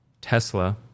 Tesla